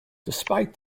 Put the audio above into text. despite